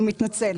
אני מתנצלת.